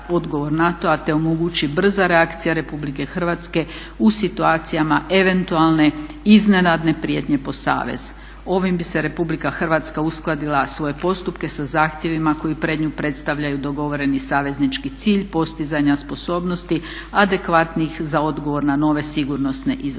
te omogući brza reakcija RH u situacijama eventualne, iznenadne prijetnje po savez. Ovim bi se RH uskladila svoje postupke sa zahtjevima koju pred nju predstavljaju dogovoreni saveznički cilj postizanja sposobnosti, adekvatnih za odgovor na nove sigurnosne izazove.